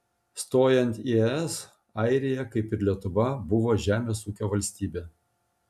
stojant į es airija kaip ir lietuva buvo žemės ūkio valstybė